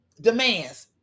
demands